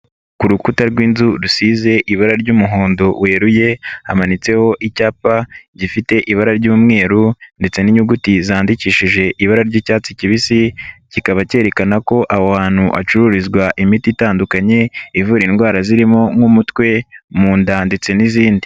Ku rukuta rw'inzu rusize ibara ry'umuhondo weruye hamanitseho icyapa gifite ibara ry'umweru ndetse n'inyuguti zandikishije ibara ry'icyatsi kibisi kikaba kerekana ko aho hantu hacururizwa imiti itandukanye ivura indwara zirimo nk'umutwe, mu nda ndetse n'izindi.